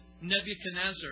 Nebuchadnezzar